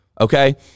Okay